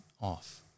off